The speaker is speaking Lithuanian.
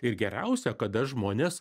ir geriausia kada žmonės